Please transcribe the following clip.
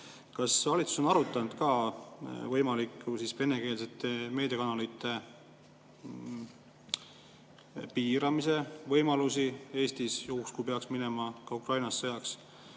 Kas valitsus on arutanud venekeelsete meediakanalite piiramise võimalusi Eestis, juhuks kui peaks Ukrainas sõjaks